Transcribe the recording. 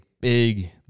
big